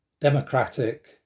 democratic